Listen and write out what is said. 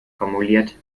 formuliert